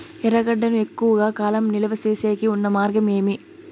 ఎర్రగడ్డ ను ఎక్కువగా కాలం నిలువ సేసేకి ఉన్న మార్గం ఏమి?